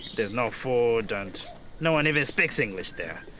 there's no food and no one even speaks english there.